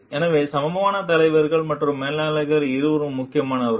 எனவே சமமான தலைவர்கள் மற்றும் மேலாளர்கள் இருவரும் முக்கியமானவர்கள்